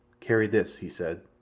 carry this, he said.